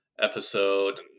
episode